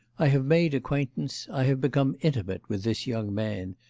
i have made acquaintance, i have become intimate with this young man,